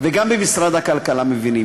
וגם במשרד הכלכלה מבינים,